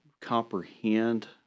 comprehend